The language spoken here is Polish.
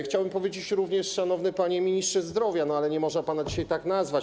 Chciałbym powiedzieć również „szanowny panie ministrze zdrowia”, ale nie można pana dzisiaj tak nazwać.